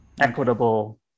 equitable